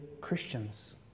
christians